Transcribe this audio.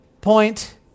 point